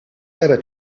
better